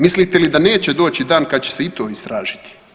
Mislite li da neće doći dan kad će se i to istražiti?